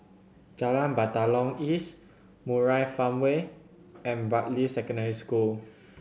Jalan Batalong East Murai Farmway and Bartley Secondary School